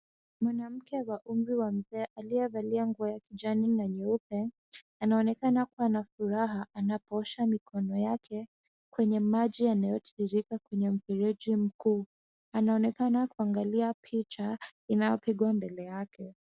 Mwanamke wa umri wa mzee aliyevalia nguo ya kijani na nyeupe, anaonekana kuwa na furaha anapoosha mikono yake kwenye maji yanayotiririka kwenye mfereji mkuu. Anaonekana kuangalia picha inayopigwa mbele yake.